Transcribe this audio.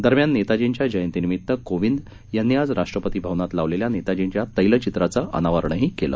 दरम्याननेताजींच्याजयंतीनिमीत्त कोविंदयांनीआजराष्ट्रपतीभवनातलावलेल्यानेताजींच्यातैलचित्राचंअनावरणहीकेले